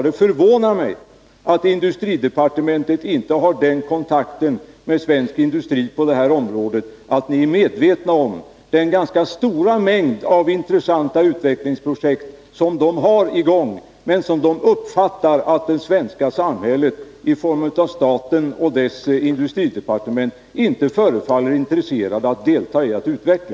Det förvånar mig att industridepartementet inte har den kontakten med svensk industri på detta område att departementet är medvetet om den ganska stora mängd av intressanta utvecklingsprojekt som industrin har i gång men som man uppfattar att det svenska samhället i form av staten och dess industridepartement inte förefaller intresserat av att utveckla.